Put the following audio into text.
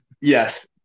yes